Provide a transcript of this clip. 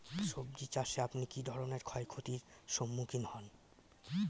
সবজী চাষে আপনি কী ধরনের ক্ষয়ক্ষতির সম্মুক্ষীণ হন?